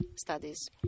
studies